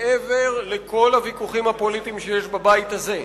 מעבר לכל הוויכוחים הפוליטיים שיש בבית הזה,